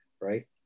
right